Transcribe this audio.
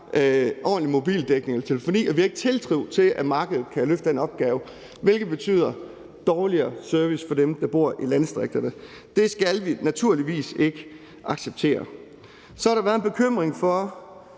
ordentlig mobildækning og telefoni, og fordi vi ikke har tiltro til, at markedet kan løfte den opgave, hvilket betyder dårligere service for dem, der bor i landdistrikterne. Det skal vi naturligvis ikke acceptere. Så har der været en bekymring for